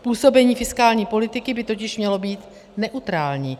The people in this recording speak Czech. Působení fiskální politiky by totiž mělo být neutrální.